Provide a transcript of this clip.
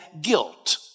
guilt